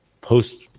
post